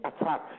attack